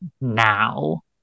now